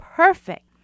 perfect